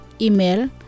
Email